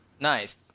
Nice